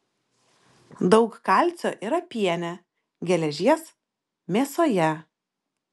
daug kalcio yra piene geležies mėsoje